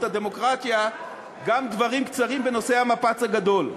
הדמוקרטיה גם דברים קצרים בנושא המפץ הגדול.